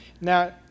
Now